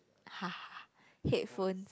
ha ha ha headphones